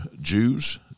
Jews